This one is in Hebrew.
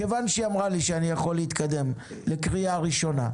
כיוון שהיא אמרה לי שאני יכול להתקדם לקריאה ראשונה,